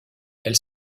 elle